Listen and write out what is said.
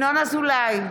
ינון אזולאי,